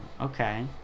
okay